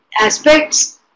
aspects